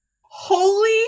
Holy